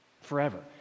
forever